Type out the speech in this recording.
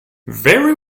very